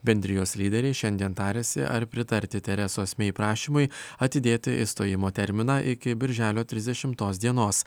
bendrijos lyderiai šiandien tariasi ar pritarti teresos mei prašymui atidėti išstojimo terminą iki birželio trisdešimtos dienos